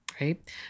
right